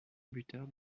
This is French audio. buteur